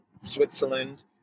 Switzerland